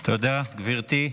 תודה, גברתי.